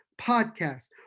Podcast